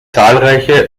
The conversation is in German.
zahlreiche